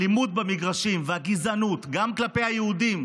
האלימות במגרשים והגזענות, גם כלפי היהודים,